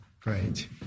Great